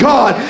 God